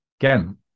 Again